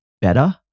better